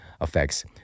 effects